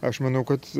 aš manau kad